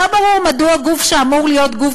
לא ברור מדוע גוף שאמור להיות גוף